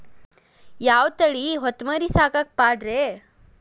ಯಾವ ತಳಿ ಹೊತಮರಿ ಸಾಕಾಕ ಪಾಡ್ರೇ?